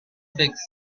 fix